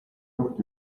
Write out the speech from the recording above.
juht